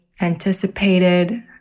anticipated